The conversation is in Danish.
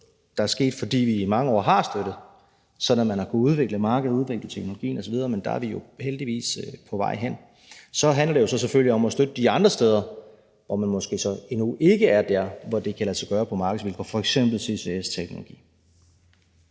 der er sket, fordi vi i mange år har støttet den, så man har kunnet udvikle markedet, udvikle teknologien osv. Der er vi jo heldigvis på vej hen. Så handler det selvfølgelig om at støtte de andre steder, hvor man måske endnu ikke er der, hvor det kan lade sig gøre på markedsvilkår, f.eks. CCS-teknologi.